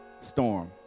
storm